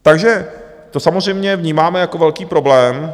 Takže to samozřejmě vnímáme jako velký problém.